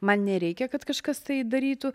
man nereikia kad kažkas tai darytų